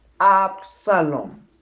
Absalom